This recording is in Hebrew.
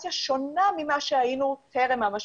בסיטואציה שונה ממה שהיינו טרם המשבר.